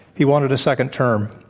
he wanted a second term.